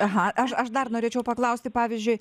aha aš aš dar norėčiau paklausti pavyzdžiui